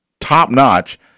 top-notch